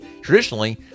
traditionally